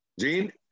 Jean